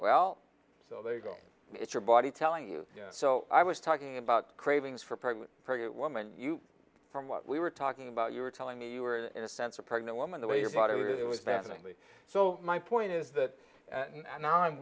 well so there you go it's your body telling you so i was talking about cravings for pregnant pregnant woman you from what we were talking about you were telling me you were in a sense a pregnant woman the way your body really was definitely so my point is that and